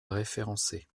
référencés